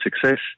success